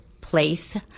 place